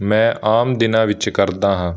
ਮੈਂ ਆਮ ਦਿਨਾਂ ਵਿੱਚ ਕਰਦਾ ਹਾਂ